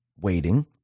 waiting